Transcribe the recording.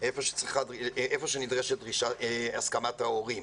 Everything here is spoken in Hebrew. איפה שנדרשת הסכמת ההורים.